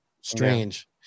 strange